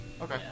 Okay